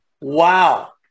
Wow